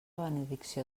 benedicció